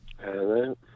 Hello